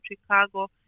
Chicago